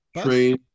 train